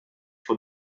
for